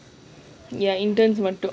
ya interns மட்டும்:mattum